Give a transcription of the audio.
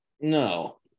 No